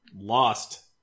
lost